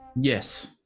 Yes